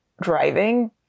driving